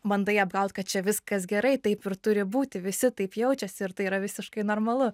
bandai apgaut kad čia viskas gerai taip ir turi būti visi taip jaučiasi ir tai yra visiškai normalu